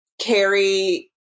carry